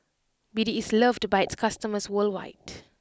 B D is loved by its customers worldwide